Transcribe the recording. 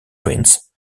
prints